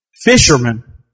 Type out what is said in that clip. Fishermen